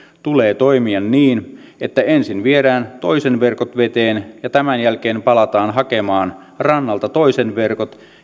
tulee toimia niin että ensin viedään toisen verkot veteen ja tämän jälkeen palataan hakemaan rannalta toisen verkot